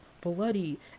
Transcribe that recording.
bloody